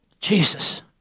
Jesus